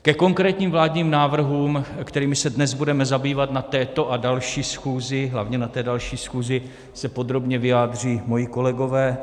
Ke konkrétním vládním návrhům, kterými se dnes budeme zabývat na této a další schůzi, hlavně na té další schůzi, se podrobně vyjádří moji kolegové.